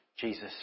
Jesus